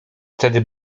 wtedy